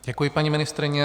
Děkuji, paní ministryně.